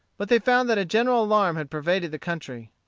but they found that a general alarm had pervaded the country,